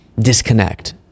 disconnect